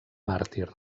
màrtir